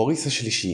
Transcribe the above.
בוריס השלישי,